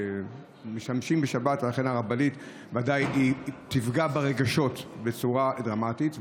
ולכן הרכבלית בוודאי תפגע ברגשות שלהם בצורה דרמטית,